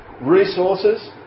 resources